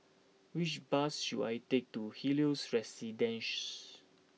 which bus should I take to Helios Residences